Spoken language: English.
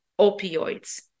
opioids